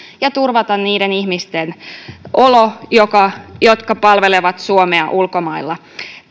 ja turvata niiden ihmisten olot jotka palvelevat suomea ulkomailla